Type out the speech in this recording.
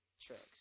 tricks